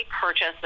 purchase